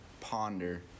ponder